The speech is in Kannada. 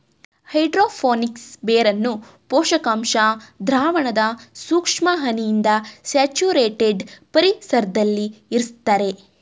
ಹೈಡ್ರೋ ಫೋನಿಕ್ಸ್ ಬೇರನ್ನು ಪೋಷಕಾಂಶ ದ್ರಾವಣದ ಸೂಕ್ಷ್ಮ ಹನಿಯಿಂದ ಸ್ಯಾಚುರೇಟೆಡ್ ಪರಿಸರ್ದಲ್ಲಿ ಇರುಸ್ತರೆ